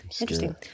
interesting